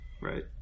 Right